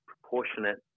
proportionate